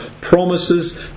promises